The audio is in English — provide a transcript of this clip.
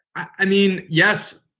i mean, yes.